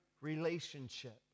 relationship